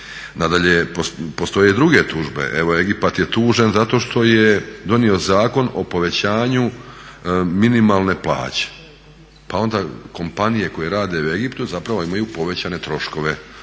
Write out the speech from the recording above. Nadalje, postoje druge tužbe. Evo Egipat je tužen zato što je donio Zakon o povećanju minimalne plaće pa onda kompanije koje rade u Egiptu zapravo imaju povećane troškove.